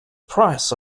price